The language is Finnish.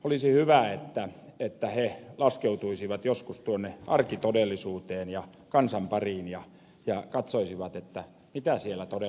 olisi hyvä että he laskeutuisivat joskus tuonne arkitodellisuuteen ja kansan pariin ja katsoisivat mitä siellä todella tapahtuu